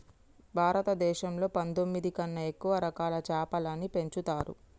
భారతదేశంలో పందొమ్మిది కన్నా ఎక్కువ రకాల చాపలని పెంచుతరు